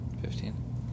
Fifteen